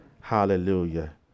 Hallelujah